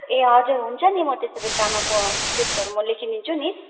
ए हजर हुन्छ नि म त्यसो भए ड्रामाको स्क्रिप्टहरू म लेखिदिन्छु नि